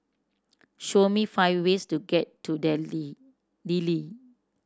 show me five ways to get to Dili